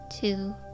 two